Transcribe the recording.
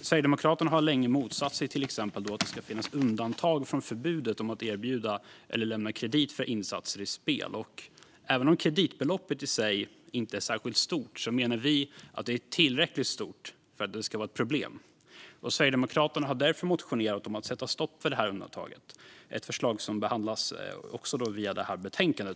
Sverigedemokraterna har länge motsatt sig till exempel att det ska finnas undantag från förbudet om att erbjuda eller lämna kredit för insatser i spel. Även om kreditbeloppet i sig inte är särskilt stort menar vi att det är tillräckligt stort för att det ska vara ett problem. Sverigedemokraterna har därför motionerat om att sätta stopp för detta undantag. Det är ett förslag som också behandlas i detta betänkande.